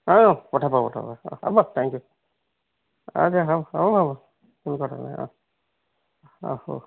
অহ্ পঠাব পঠাবা অঁ হ'ব থেংক ইউ অ'কে হ'ব হ'ব হ'ব কোনো কথা নাই অঁ অঁ হ'ব